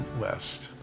West